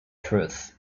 truth